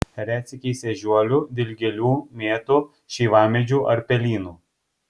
retsykiais ežiuolių dilgėlių mėtų šeivamedžių ar pelynų